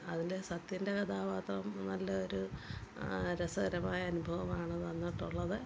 അതിലെ സത്യൻ്റെ കഥാപാത്രം നല്ല ഒരു രസകരമായ അനുഭവമാണ് തന്നിട്ടുള്ളത്